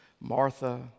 Martha